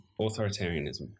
Authoritarianism